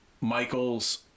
Michaels